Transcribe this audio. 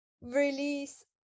release